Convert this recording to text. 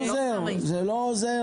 בסוף יש עובדות.